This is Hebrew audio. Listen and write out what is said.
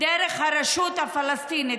דרך הרשות הפלסטינית.